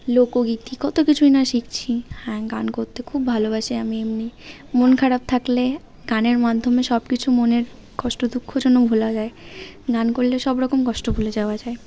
লোকগীতি কতো কিছুই না শিখছি হ্যাঁ গান করতে খুব ভালোবাসি আমি এমনি মন খারাপ থাকলে গানের মাধ্যমে সব কিছু মনের কষ্ট দুঃখ যেন ভোলা যায় গান করলে সব রকম কষ্ট ভুলে যাওয়া যায়